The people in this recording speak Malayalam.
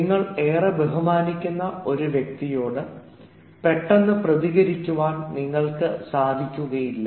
നിങ്ങൾ ഏറെ ബഹുമാനിക്കുന്ന ഒരു വ്യക്തിയോട് പെട്ടെന്ന് പ്രതികരിക്കുവാൻ നിങ്ങൾക്ക് സാധിക്കുകയില്ല